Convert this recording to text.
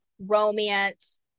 romance